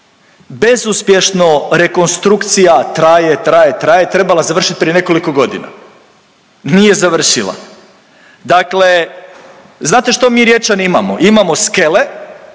bezuspješno rekonstrukcija traje, traje, traje, trebala završit prije nekoliko godina, nije završila. Dakle, znate što mi Riječani imamo, imamo skele